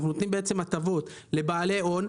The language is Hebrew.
אנחנו נותנים הטבות לבעלי הון,